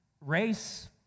race